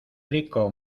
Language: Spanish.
rico